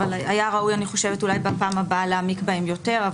אבל היה ראוי אני חושבת אולי בפעם הבאה להעמיק בהם יותר.